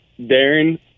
Darren